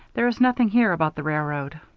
there is nothing here about the railroad.